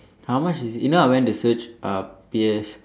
how much is it you know I went to search uh P_S